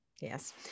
Yes